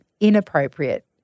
inappropriate